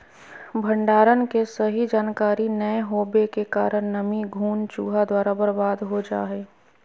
भंडारण के सही जानकारी नैय होबो के कारण नमी, घुन, चूहा द्वारा बर्बाद हो जा हइ